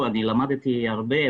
בדרום אפריקה,